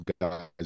guys